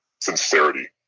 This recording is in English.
sincerity